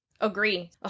Agree